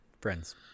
friends